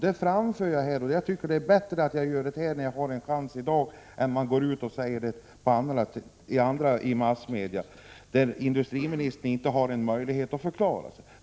Det är alltså bättre att jag säger det här i riksdagen i dag än att det görs i massmedia, där industriministern inte har möjlighet att förklara sig.